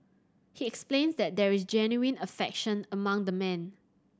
he explains that there is genuine affection among the men